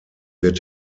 wird